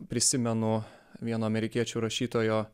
prisimenu vieno amerikiečių rašytojo